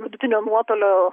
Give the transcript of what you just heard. vidutinio nuotolio